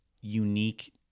unique